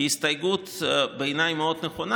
והיא הסתייגות בעיניי מאוד נכונה,